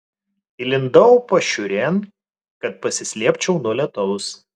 įlindau pašiūrėn kad pasislėpčiau nuo lietaus